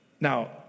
now